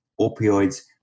opioids